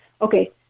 Okay